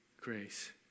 grace